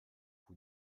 vous